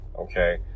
okay